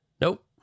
Nope